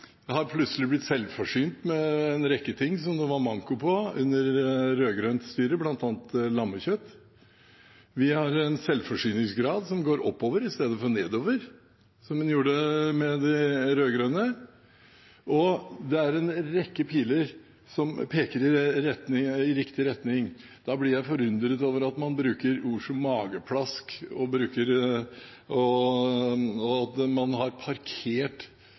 Vi har plutselig blitt selvforsynt med en rekke ting som det var manko på under rød-grønt styre, bl.a. lammekjøtt. Vi har en selvforsyningsgrad som går oppover istedenfor nedover, som den gjorde med de rød-grønne, og det er en rekke piler som peker i riktig retning. Da blir jeg forundret over at man bruker ord som «mageplask», og at man har parkert